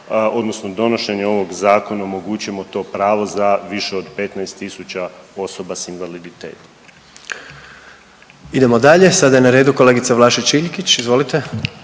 odnosno donošenje ovog zakona omogućujemo to pravo za više od 15 tisuća osoba s invaliditetom. **Jandroković, Gordan (HDZ)** Idemo dalje, sada je na redu kolegica Vlašić Iljkić. Izvolite.